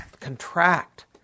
contract